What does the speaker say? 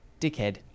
dickhead